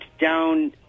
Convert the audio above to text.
down